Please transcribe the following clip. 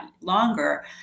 longer